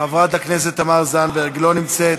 חברת הכנסת תמר זנדברג, לא נמצאת,